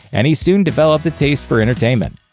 and he soon developed a taste for entertainment.